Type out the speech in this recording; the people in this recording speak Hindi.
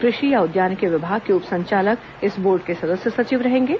कृषि या उद्यानिकी विभाग के उप संचालक इस बोर्ड के सदस्य सचिव रहेंगे